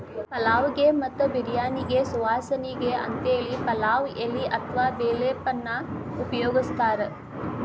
ಪಲಾವ್ ಗೆ ಮತ್ತ ಬಿರ್ಯಾನಿಗೆ ಸುವಾಸನಿಗೆ ಅಂತೇಳಿ ಪಲಾವ್ ಎಲಿ ಅತ್ವಾ ಬೇ ಲೇಫ್ ಅನ್ನ ಉಪಯೋಗಸ್ತಾರ